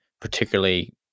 particularly